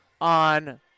on